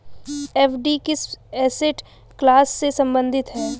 FD किस asset class से संबंधित है?